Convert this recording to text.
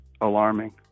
alarming